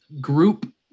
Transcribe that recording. group